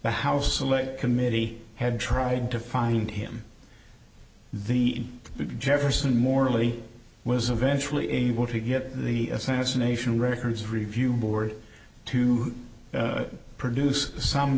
the house select committee had tried to find him the jefferson morley was eventually able to get the assassination records review board to produce some